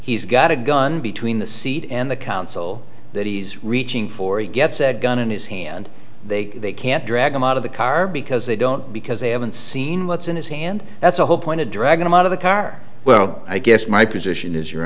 he's got a gun between the seat and the council that he's reaching for he gets a gun in his hand they they can't drag him out of the car because they don't because they haven't seen what's in his hand that's the whole point to drag him out of the car well i guess my position is you